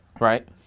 Right